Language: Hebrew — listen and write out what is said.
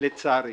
לצערי.